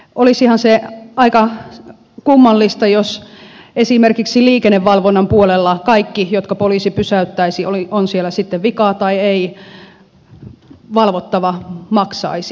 olisihan se aika kummallista jos esimerkiksi liikennevalvonnan puolella kun poliisi pysäyttäisi on siellä sitten vikaa tai ei valvottava maksaisi